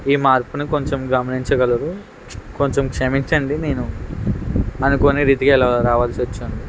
ఈ మార్పుని కొంచెం గమనించగలరు కొంచెం క్షమించండి నేను అనుకోని రీతిగా ఇలా రావాల్సి వచ్చి ఉంది